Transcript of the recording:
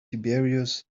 tiberius